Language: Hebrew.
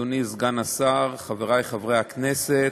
אדוני סגן השר, חברי חברי הכנסת,